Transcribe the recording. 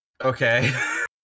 Okay